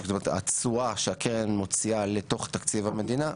התשואה שהקרן מוציאה לתוך תקציב המדינה,